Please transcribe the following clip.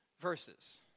verses